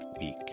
week